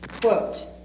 quote